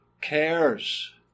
cares